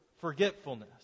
forgetfulness